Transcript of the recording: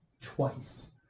twice